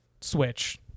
switch